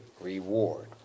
reward